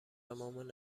مامان